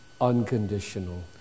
unconditional